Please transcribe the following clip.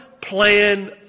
plan